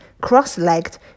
cross-legged